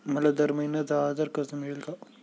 मला दर महिना दहा हजार कर्ज मिळेल का?